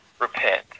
repent